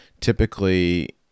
typically